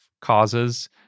causes